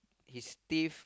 his teeth